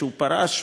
כשהוא פרש,